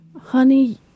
Honey